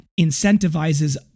incentivizes